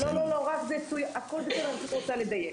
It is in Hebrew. לא, לא, הכול בסדר, אני פשוט רוצה לדייק.